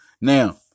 Now